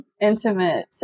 intimate